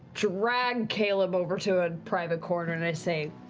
drag caleb over to a private corner, and i say,